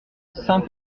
saint